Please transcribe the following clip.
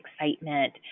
excitement